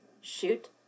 shoot